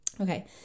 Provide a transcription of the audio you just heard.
Okay